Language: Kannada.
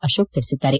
ಅಶೋಕ್ ತಿಳಿಸಿದ್ದಾರೆ